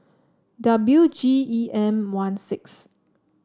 W G E M one six